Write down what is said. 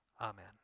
Amen